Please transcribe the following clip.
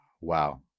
wow